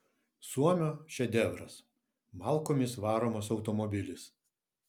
suomio šedevras malkomis varomas automobilis